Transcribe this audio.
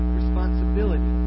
responsibility